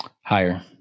Higher